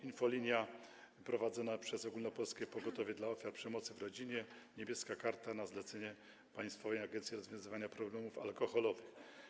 Infolinia prowadzona jest przez Ogólnopolskie Pogotowie dla Ofiar Przemocy w Rodzinie „Niebieska linia” na zlecenie Państwowej Agencji Rozwiązywania Problemów Alkoholowych.